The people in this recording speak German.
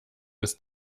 ist